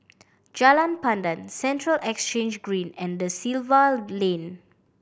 Jalan Pandan Central Exchange Green and Da Silva Lane